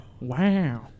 Wow